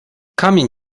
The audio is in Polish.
kamień